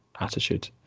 attitude